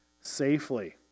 safely